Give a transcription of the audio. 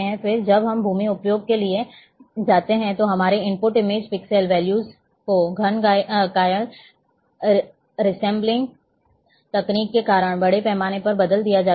फिर जब हम भूमि उपयोग के लिए जाते हैं तो हमारे इनपुट इमेज पिक्सल वैल्यूज को घन कायल रेसमलिंग तकनीक के कारण बड़े पैमाने पर बदल दिया जाता है